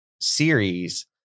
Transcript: series